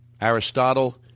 Aristotle